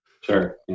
Sure